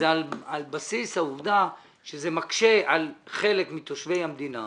חובת רישום מוסד פיננסי